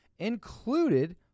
included